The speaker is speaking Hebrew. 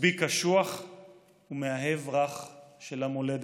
מצביא קשוח ומאהב רך של המולדת.